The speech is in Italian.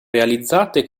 realizzate